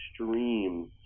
extreme